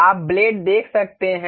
आप ब्लेड देख सकते हैं